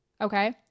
okay